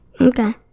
Okay